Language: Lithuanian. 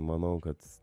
manau kad